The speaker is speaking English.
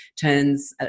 turns